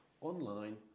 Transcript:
Online